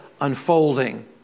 unfolding